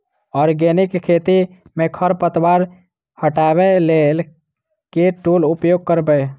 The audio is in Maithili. आर्गेनिक खेती मे खरपतवार हटाबै लेल केँ टूल उपयोग करबै?